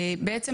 בעצם,